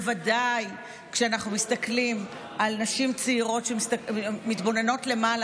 בוודאי כשאנחנו מסתכלים על נשים צעירות שמתבוננות למעלה